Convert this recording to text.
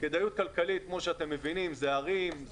כדאיות כלכלית, כמו שאתם מבינים, אלה ערים.